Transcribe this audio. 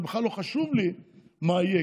זה בכלל לא חשוב לי מה יהיה,